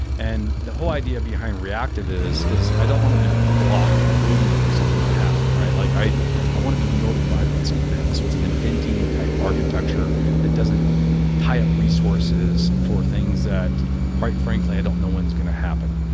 and the whole idea behind reactive is is i don't want to be blocked waiting for something to happen like i i want to be notified when something happens. it's an inventing-type architecture that doesn't tie up resources for things that quite frankly i don't know when it's going to happen.